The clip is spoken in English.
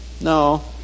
no